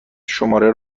شماره